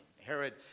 Herod